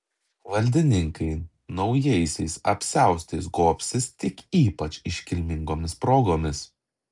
valdininkai naujaisiais apsiaustais gobsis tik ypač iškilmingomis progomis